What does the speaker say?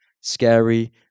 scary